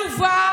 עלובה,